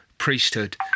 priesthood